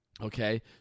Okay